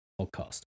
podcast